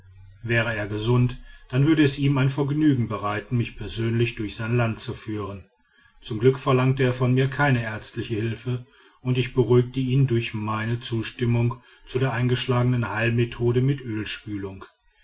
wäre er gesund dann würde es ihm ein vergnügen bereiten mich persönlich durch sein land zu führen zum glück verlangte er von mir keine ärztliche hilfe und ich beruhigte ihn durch meine zustimmung zu der eingeschlagenen heilmethode mit ölspülung